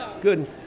Good